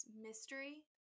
mystery